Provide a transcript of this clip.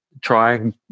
trying